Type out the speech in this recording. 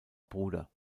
bruder